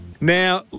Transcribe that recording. Now